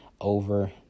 Over